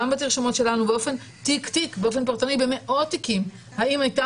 גם בתרשומות שלנו תיק תיק באופן פרטני במאות תיקים האם הייתה